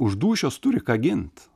už dūšios turi ką gint